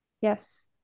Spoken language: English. Yes